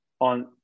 On